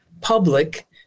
public